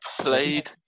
played